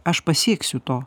aš pasieksiu to